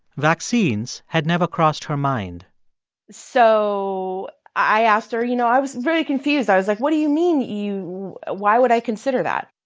vaccines had never crossed her mind so i asked her you know, i was very confused. i was like, what do you mean you why would i consider that?